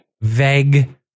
vague